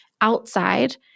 outside